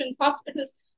hospitals